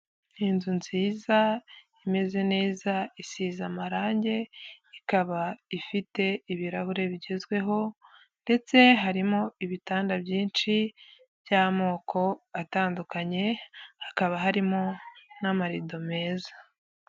Inzu nziza imeze neza, isize amarange, ikaba ifite ibirahure bigezweho, ndetse harimo ibitanda byinshi by'amoko atandukanye, hakaba harimo n'amarido meza.